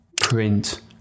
print